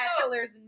Bachelor's